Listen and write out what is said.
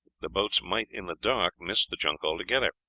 the boats might, in the dark, miss the junk altogether.